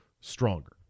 stronger